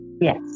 yes